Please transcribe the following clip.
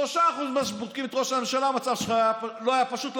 היה במסגרת תפקידי.